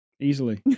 easily